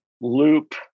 loop